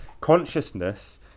Consciousness